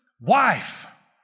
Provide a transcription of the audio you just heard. wife